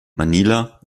manila